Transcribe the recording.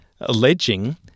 alleging